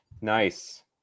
Nice